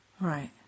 Right